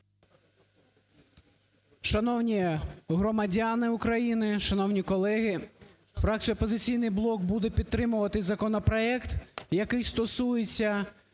Шановні громадяни України, шановні колеги! Фракція "Опозиційний блок" буде підтримувати законопроект, який стосується